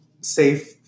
safe